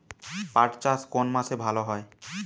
পাট চাষ কোন মাসে ভালো হয়?